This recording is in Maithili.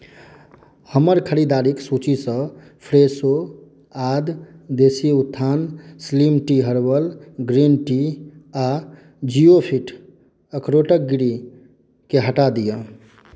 हमर खरीदारिक सूचीसँ फ्रेशो आद देसी उत्थान slim tea herbal green tea आ ज़िओफिट अखरोटक गिरी के हटा दिअ